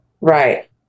Right